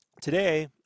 today